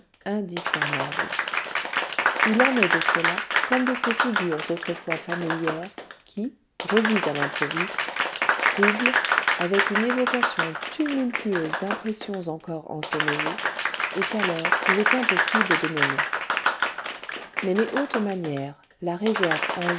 indiscernable il en est de cela comme de ces figures autrefois familières qui revues à l'improviste troublent avec une évocation tumultueuse d'impressions encore ensommeillées et qu'alors il est impossible de nommer mais les hautes manières la réserve